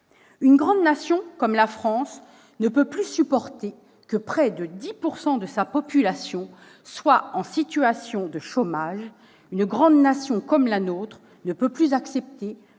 Une grande nation comme la France ne peut plus supporter que près de 10 % de sa population soit en situation de chômage ; une grande nation comme la nôtre ne peut plus accepter